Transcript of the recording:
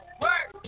work